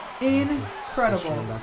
Incredible